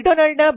McDonald